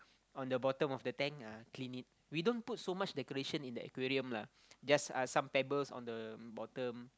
on the bottom of the tank ah clean it we don't put so much decoration in the aquarium lah just uh some pebbles on the bottom